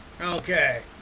okay